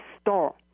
store